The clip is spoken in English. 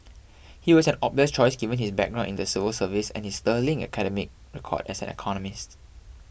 he was an obvious choice given his background in the civil service and his sterling academic record as an economist